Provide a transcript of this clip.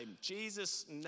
Jesus